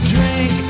Drink